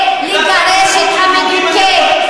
לגרש את המדוכא.